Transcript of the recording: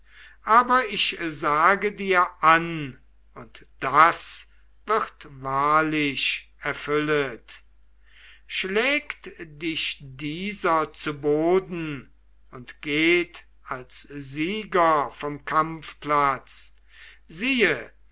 aber ich sage dir an und das wird wahrlich erfüllet schlägt dich dieser zu boden und geht als sieger vom kampfplatz siehe